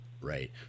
Right